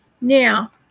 now